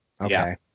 okay